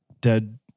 Dead